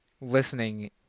listening